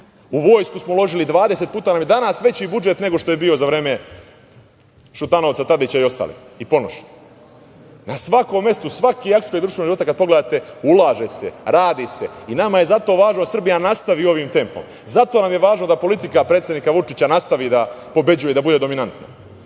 U vojsku smo uložili, 20 puta nam je danas veći budžet nego što je bio za vreme Šutanovca, Tadića i ostalih i Ponoša. Na svakom mestu, svaki aspekt društvenog života, kada pogledate, ulaže se, radi se i nama zato važno da Srbija nastavi ovim tempom. Zato nam je važno da politika predsednika Vučića nastavi da pobeđuje i da bude dominantna. Nama